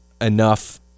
enough